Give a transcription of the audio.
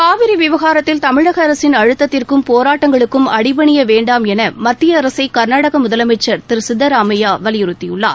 காவிரி விவகாரத்தில் தமிழக அரசின் அழுத்தத்திற்கும் போராட்டங்களுக்கும் அடிபனிய வேண்டாம் என மத்திய அரசை கர்நாடக முதலமைச்சர் திரு சித்தராமையா வலியுறுத்தியுள்ளார்